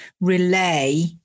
relay